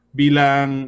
bilang